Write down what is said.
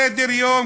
קיבל סדר-יום,